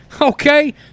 okay